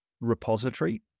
repository